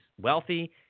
wealthy